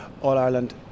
All-Ireland